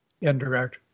indirect